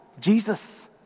Jesus